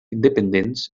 independents